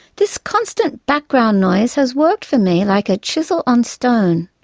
this constant background noise has worked, for me, like a chisel on stone.